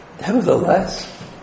nevertheless